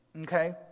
Okay